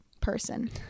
person